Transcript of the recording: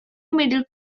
middle